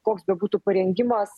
koks bebūtų parengimas